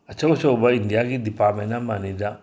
ꯑꯆꯧ ꯑꯆꯧꯕ ꯏꯟꯗꯤꯌꯥꯒꯤ ꯗꯤꯄꯥꯔꯠꯃꯦꯟ ꯑꯃꯅꯤꯗ